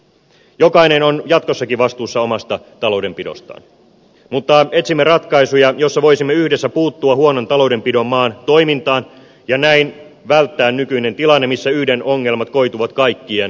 jokainen on jatkossakin vastuussa omasta taloudenpidostaan mutta etsimme ratkaisuja joissa voisimme yhdessä puuttua huonon taloudenpidon maan toimintaan ja näin välttää nykyisen tilanteen missä yhden ongelmat koituvat kaikkien ongelmiksi